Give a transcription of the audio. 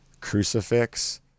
crucifix